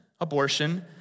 abortion